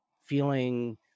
feeling